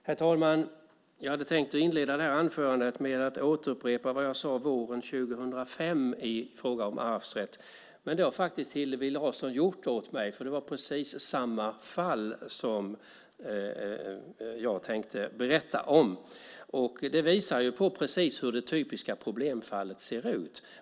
Herr talman! Jag hade tänkt inleda det här anförandet med att upprepa vad jag sade våren 2005 i fråga om arvsrätt, men det har faktiskt Hillevi Larsson gjort åt mig. Det var precis samma fall som jag tänkte berätta om. Det visar hur det typiska problemfallet ser ut.